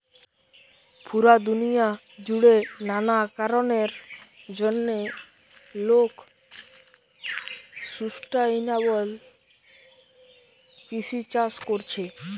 পুরা দুনিয়া জুড়ে নানা কারণের জন্যে লোক সুস্টাইনাবল কৃষি চাষ কোরছে